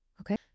okay